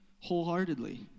wholeheartedly